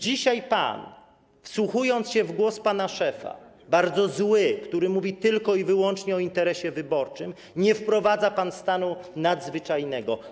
Dzisiaj, wsłuchując się w głos pana szefa, bardzo zły, który mówi tylko i wyłącznie o interesie wyborczym, nie wprowadza pan stanu nadzwyczajnego.